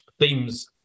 themes